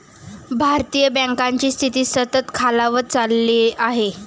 भारतीय बँकांची स्थिती सतत खालावत चालली आहे